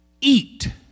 eat